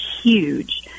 huge